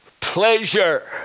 pleasure